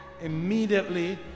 Immediately